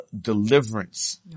deliverance